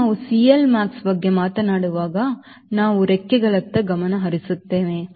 ಒಮ್ಮೆ ನಾವು CLmax ಬಗ್ಗೆ ಮಾತನಾಡುವಾಗ ನಾವು ರೆಕ್ಕೆಗಳತ್ತ ಗಮನ ಹರಿಸುತ್ತೇವೆ